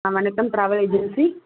ஆ வணக்கம் travel agency